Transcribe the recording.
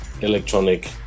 electronic